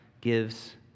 gives